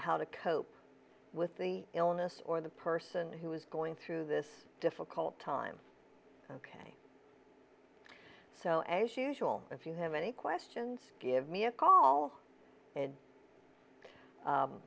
how to cope with the illness or the person who is going through this difficult time ok so as usual if you have any questions give me a call and